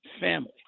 family